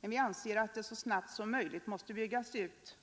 men vi anser att systemet så snabbt som möjligt skall byggas ut.